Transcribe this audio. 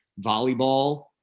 volleyball